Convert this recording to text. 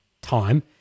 time